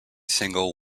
single